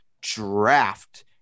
draft